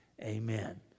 Amen